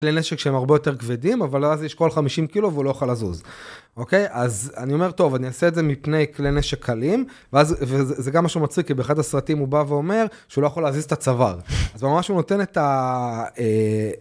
כלי נשק שהם הרבה יותר כבדים, אבל אז יש כל 50 קילו והוא לא יכול לזוז, אוקיי? אז אני אומר, טוב, אני אעשה את זה מפני כלי נשק קלים, ואז וזה גם משהו מצחיק, כי באחד הסרטים הוא בא ואומר שהוא לא יכול להזיז את הצוואר. אז ממש הוא נותן את ה...